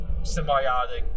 symbiotic